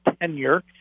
tenure